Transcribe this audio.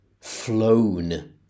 flown